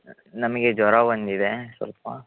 ನಮಗೆ ಜ್ವರ ಬಂದಿದೆ ಸ್ವಲ್ಪ